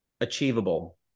achievable